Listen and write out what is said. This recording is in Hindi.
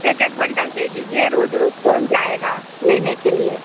एक एक बंडल दे दीजिए रोज़ रोज़ कौन जाएगा लेने के लिए